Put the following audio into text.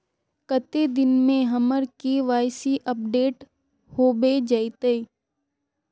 कते दिन में हमर के.वाई.सी अपडेट होबे जयते?